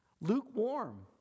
Lukewarm